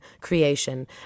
creation